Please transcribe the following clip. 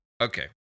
Okay